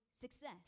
success